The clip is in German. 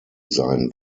sein